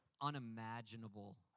unimaginable